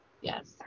yes